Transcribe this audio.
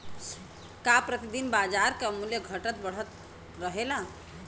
का प्रति दिन बाजार क मूल्य घटत और बढ़त रहेला?